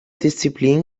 disziplin